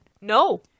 No